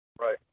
Right